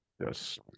Yes